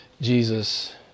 Jesus